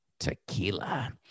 tequila